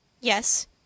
Yes